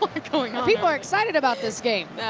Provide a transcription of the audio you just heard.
people are excited about this game.